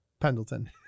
Pendleton